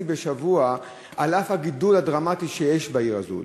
בשבוע על-אף הגידול הדרמטי שיש בעיר הזאת.